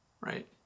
right